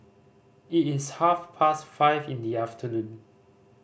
it is half past five in the afternoon